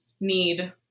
need